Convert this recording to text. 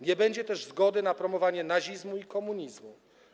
Nie będzie też zgody na promowanie nazizmu i komunizmu.